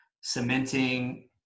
cementing